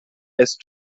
erst